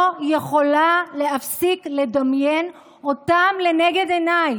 לא יכולה להפסיק לדמיין אותם לנגד עיניי.